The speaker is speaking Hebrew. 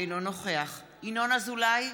אינו נוכח ינון אזולאי,